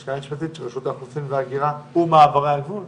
מהלשכה המשפטית של רשות האוכלוסין ההגירה ומעברי הגבול